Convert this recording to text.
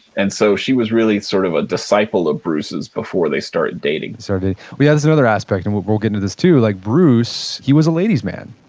and so she was really sort of a disciple of bruce's before they started dating sort of we have this other aspect and we'll we'll get into this too, like bruce, he was a ladies man.